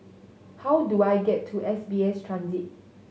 how do I get to S B S Transit